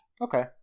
Okay